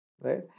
right